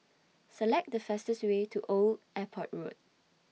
Select The fastest Way to Old Airport Road